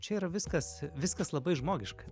čia yra viskas viskas labai žmogiška